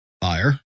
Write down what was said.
Fire